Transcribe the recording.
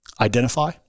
identify